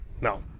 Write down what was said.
No